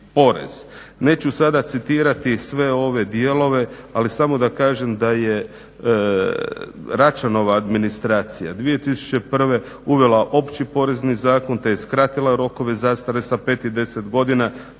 Neću sada citirati sve ove dijelove, ali samo da kažem da je Račanova administracija 2001. uvela Opći porezni zakon te je skratila rokove zastare sa